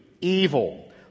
evil